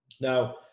Now